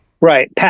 Right